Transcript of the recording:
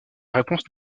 réponse